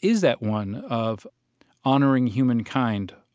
is that one of honoring humankind,